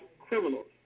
criminals